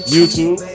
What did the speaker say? YouTube